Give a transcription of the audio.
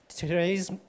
Today's